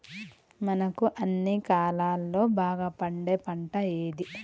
మనకు అన్ని కాలాల్లో బాగా పండే పంట ఏది?